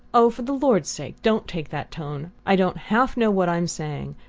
oh, for the lord's sake don't take that tone! i don't half know what i'm saying.